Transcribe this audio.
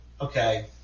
okay